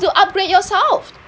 to upgrade yourself